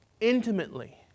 intimately